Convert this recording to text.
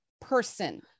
person